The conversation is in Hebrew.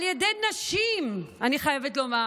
על ידי נשים, אני חייבת לומר,